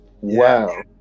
wow